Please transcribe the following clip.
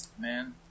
Man